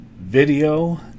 video